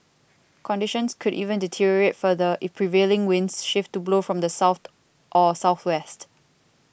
conditions could even deteriorate further if prevailing winds shift to blow from the south or southwest